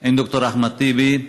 עם ד"ר אחמד טיבי,